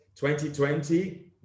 2020